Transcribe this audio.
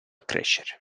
crescere